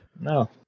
No